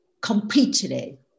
completely